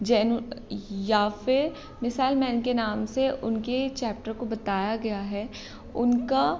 जैन या फ़िर missile man के नाम से उनके चैप्टर को बताया गया है उनका